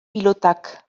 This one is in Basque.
pilotak